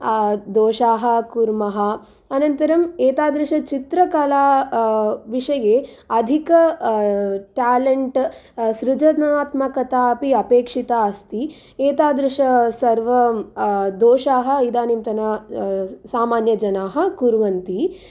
दोषाः कुर्मः अनन्तरम् एतादृश चित्रकला विषये अधिक टेलेण्ट् सृजनात्मकता अपि अपेक्षिता अस्ति एतादृश सर्वं दोषाः इदानीन्तन सामान्यजनाः कुर्वन्ति